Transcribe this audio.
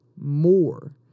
more